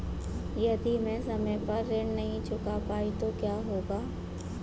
यदि मैं समय पर ऋण नहीं चुका पाई तो क्या होगा?